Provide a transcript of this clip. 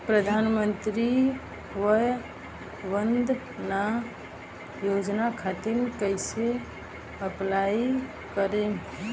प्रधानमंत्री वय वन्द ना योजना खातिर कइसे अप्लाई करेम?